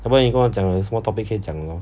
要不然你跟我讲有什么 topic 可以讲 lor